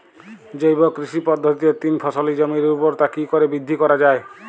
জৈব কৃষি পদ্ধতিতে তিন ফসলী জমির ঊর্বরতা কি করে বৃদ্ধি করা য়ায়?